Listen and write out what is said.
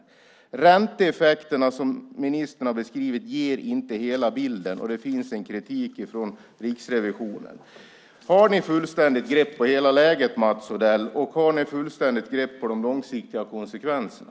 De ränteeffekter som ministern har beskrivit ger inte hela bilden, och det finns en kritik från Riksrevisionen. Har ni fullständigt grepp på hela läget, Mats Odell? Har ni fullständigt grepp på de långsiktiga konsekvenserna?